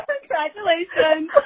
Congratulations